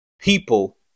people